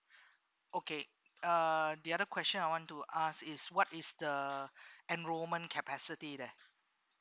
okay uh the other question I want to ask is what is the enrollment capacity there